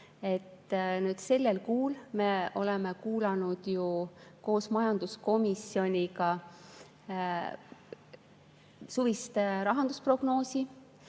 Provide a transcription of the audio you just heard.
Sellel kuul me oleme kuulanud majanduskomisjonis suvist rahandusprognoosi.